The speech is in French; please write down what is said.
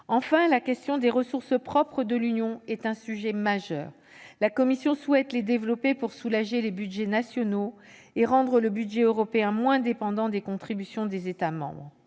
Enfin, la question des ressources propres de l'Union est un sujet majeur. La Commission souhaite les développer pour soulager les budgets nationaux et rendre le budget européen moins dépendant des contributions des États membres.